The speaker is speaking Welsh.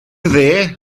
dde